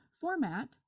format